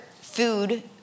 food